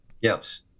Yes